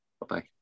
Bye-bye